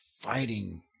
fighting